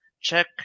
check